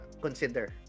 consider